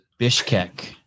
Bishkek